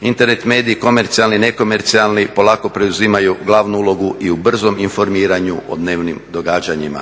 Internet mediji, komercijalni i nekomercijalni polako preuzimaju glavnu ulogu i u brzom informiranju o dnevnim događanjima.